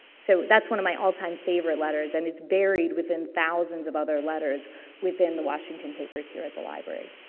so, that's one of my all time favorite letters. and, it's buried within thousands of other letters within the washington papers here at the library.